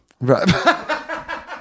Right